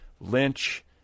lynch